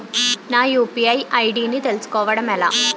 నా UPI ID ని తెలుసుకోవడం ఎలా?